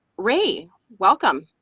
ray welcome.